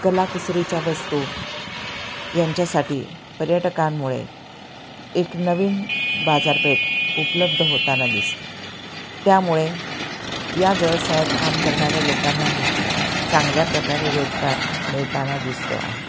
कलाकुसरीच्या वस्तू यांच्यासाठी पर्यटकांमुळे एक नवीन बाजारपेठ उपलब्ध होताना दिसते त्यामुळे या व्यवसायात काम करणाऱ्या लोकांनाही चांगल्या प्रकारे रोजगार मिळताना दिसतो आहे